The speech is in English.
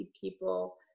people